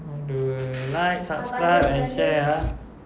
the like subscribe and share ah